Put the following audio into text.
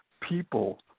people